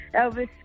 elvis